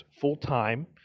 full-time